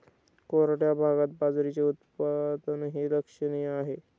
कोरड्या भागात बाजरीचे उत्पादनही लक्षणीय आहे